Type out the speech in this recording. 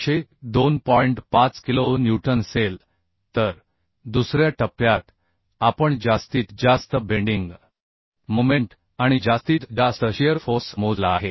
5 kilo newton असेल तर दुसऱ्या टप्प्यात आपण जास्तीत जास्त बेंडिंग मोमेंट आणि जास्तीत जास्त शिअर फोर्स मोजला आहे